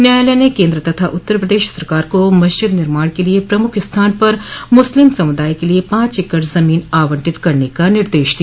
न्यायालय ने केन्द्र तथा उत्तर प्रदेश सरकार को मस्जिद निर्माण के लिए प्रमुख स्थान पर मुस्लिम समुदाय के लिए पांच एकड़ जमीन आवंटित करने का निर्देश दिया